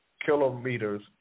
kilometers